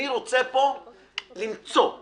אני רוצה למצוא פה